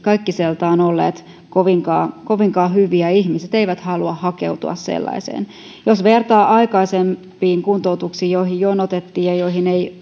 kaikkiseltaan olleet kovinkaan kovinkaan hyviä ja ihmiset eivät halua hakeutua sellaisiin jos vertaa aikaisempiin kuntoutuksiin joihin jonotettiin ja joihin